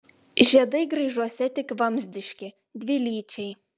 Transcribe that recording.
žiedai graižuose tik vamzdiški dvilyčiai